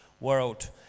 world